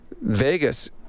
Vegas